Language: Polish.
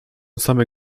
same